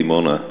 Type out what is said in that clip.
דימונה,